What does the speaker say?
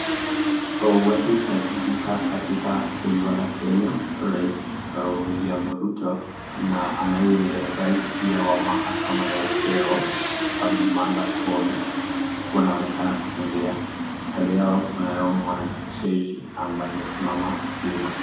Watu tajika katika taifa la Kenya, Rais William Ruto na anaye rais pia wa mahakama ya upeo Bi Martha Koome wanaonekana kutembea. Kando yao kuna mwanajeshi ambaye amesimama wima.